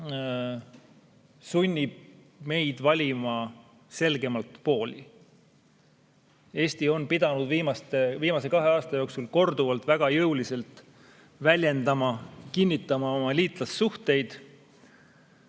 Eesti on pidanud viimase kahe aasta jooksul korduvalt väga jõuliselt väljendama ja kinnitama oma liitlassuhteid.